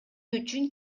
үчүн